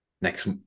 next